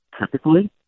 typically